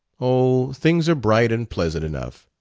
oh, things are bright and pleasant enough.